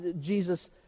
Jesus